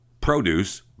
produce